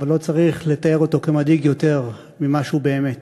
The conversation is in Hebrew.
אבל לא צריך לתאר אותו כמדאיג יותר ממה שהוא באמת.